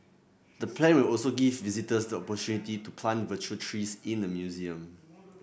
the play will also give visitors the opportunity to plant virtual trees in the museum